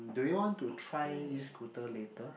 do you want to try E-Scooter later